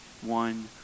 one